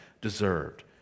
deserved